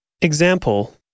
Example